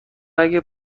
اگه